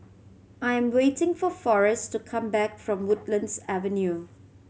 I'm waiting for Forest to come back from Woodlands Avenue